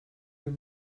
your